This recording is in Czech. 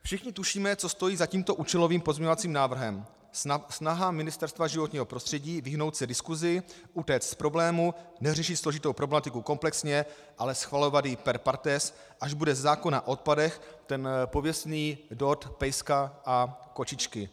Všichni tušíme, co stojí za tímto účelovým pozměňovacím návrhem: snaha Ministerstva životního prostředí vyhnout se diskusi, utéct od problému, neřešit složitou problematiku komplexně, ale schvalovat ji per partes, až bude ze zákona o odpadech pověstný dort pejska a kočičky.